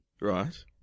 Right